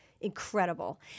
incredible